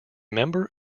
member